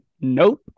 Nope